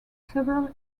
several